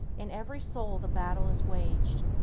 in every soul the battle is waged,